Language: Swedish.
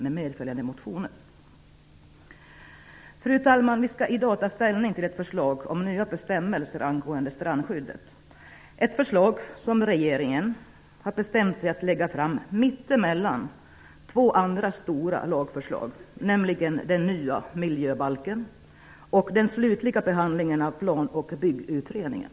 Vi skall i dag ta ställning till ett förslag om nya bestämmelser för strandskyddet. Regeringen har lagt fram detta förslag mitt emellan två andra stora lagförslag, nämligen förslag till ny miljöbalk och förslag till slutlig behandling av Planoch byggutredningen.